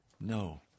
No